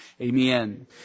Amen